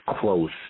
close